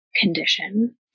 condition